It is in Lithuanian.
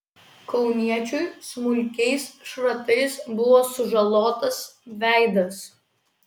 kauniečiui smulkiais šratais buvo sužalotas veidas